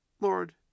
Lord